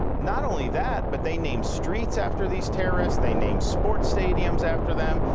not only that, but they name streets after these terrorists. they name sports stadiums after them.